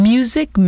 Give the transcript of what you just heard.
Music